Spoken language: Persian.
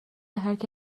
هرکی